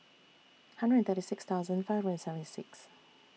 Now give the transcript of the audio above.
hundred and thirty six thousand five hundred and seventy six